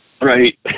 Right